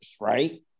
Right